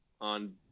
on